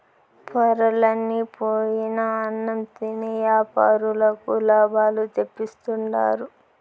పొరలన్ని పోయిన అన్నం తిని యాపారులకు లాభాలు తెప్పిస్తుండారు